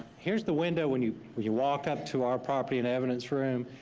here's the window when you when you walk up to our property and evidence room,